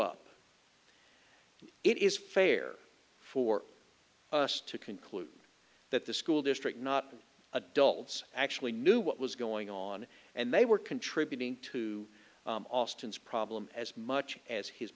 up it is fair for us to conclude that the school district not adults actually knew what was going on and they were contributing to austin's problem as much as his